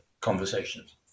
conversations